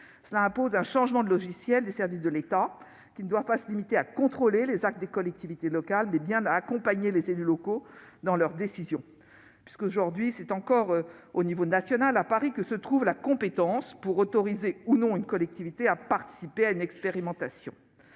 Cela impose un changement de logiciel des services de l'État, qui doivent non pas se limiter à contrôler les actes des collectivités locales, mais bien accompagner les élus locaux dans leurs décisions, puisque, aujourd'hui, c'est encore au niveau national, à Paris, que se trouve la compétence pour autoriser ou non une collectivité à participer à une expérimentation.